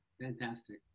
Fantastic